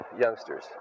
youngsters